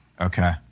okay